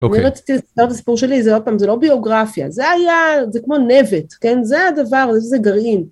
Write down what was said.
אם רציתי לספר את הסיפור שלי, זה לא ביוגרפיה, זה כמו נבט, זה הדבר, זה גרעין.